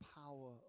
power